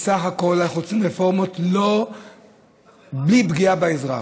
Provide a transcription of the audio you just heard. בסך הכול אנחנו רוצים רפורמות בלי פגיעה באזרח.